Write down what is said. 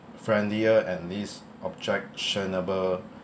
friendlier and least objectionable